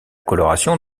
coloration